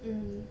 um